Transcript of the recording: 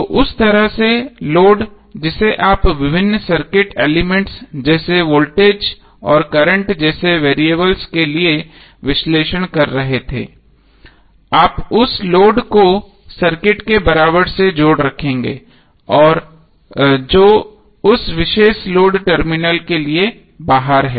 तो उस तरह से लोड जिसे आप विभिन्न सर्किट एलिमेंट्स जैसे कि वोल्टेज और करंट जैसे वेरिएबल्स के लिए विश्लेषण कर रहे हैं आप उस लोड को सर्किट के बराबर से जोड़े रखेंगे जो उस विशेष लोड टर्मिनल के लिए बाहर है